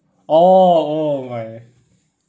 orh oh my